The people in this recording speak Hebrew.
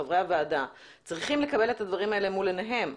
חברי הוועדה צריכים לקבל את הדברים האלה מול עיניהם.